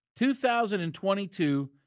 2022